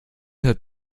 hört